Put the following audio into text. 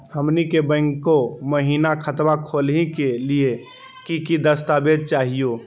हमनी के बैंको महिना खतवा खोलही के लिए कि कि दस्तावेज चाहीयो?